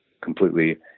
completely